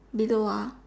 middle want